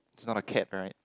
it's not a cat right